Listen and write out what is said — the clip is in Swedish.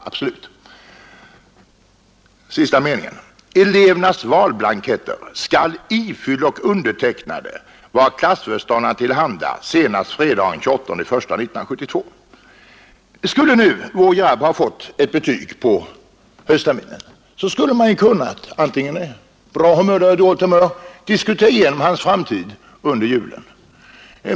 Den sista meningen lyder: ”Elevernas valblanketter skall ifyllda och undertecknade vara klassföreståndaren tillhanda senast fredagen den 2011 Om vår pojke hade fått ett betyg vid höstterminens slut, skulle man — antingen med bra eller med dåligt humör — ha kunnat diskutera igenom hans framtid under julen.